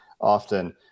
often